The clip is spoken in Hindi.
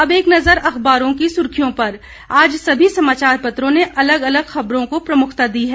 अब एक नज़र अखबारों की सुर्खियों पर आज सभी समाचार पत्रों ने अलग अलग खबरों को प्रमुखता दी है